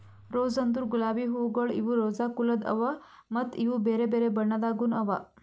rose ಅಂದುರ್ ಗುಲಾಬಿ ಹೂವುಗೊಳ್ ಇವು ರೋಸಾ ಕುಲದ್ ಅವಾ ಮತ್ತ ಇವು ಬೇರೆ ಬೇರೆ ಬಣ್ಣದಾಗನು ಅವಾ